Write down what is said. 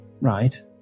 Right